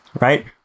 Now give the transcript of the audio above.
right